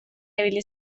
ibili